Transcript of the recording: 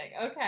Okay